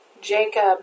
Jacob